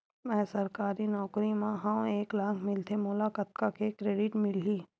मैं सरकारी नौकरी मा हाव एक लाख मिलथे मोला कतका के क्रेडिट मिलही?